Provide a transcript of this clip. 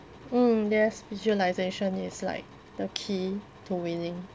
mm yes visualisation is like the key to winning